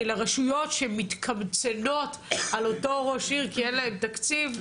של הרשויות שמתקמצנות על אותו ראש עיר כי אין להן תקציב,